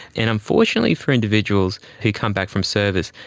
and unfortunately for individuals who come back from service,